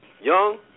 Young